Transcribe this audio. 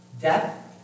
death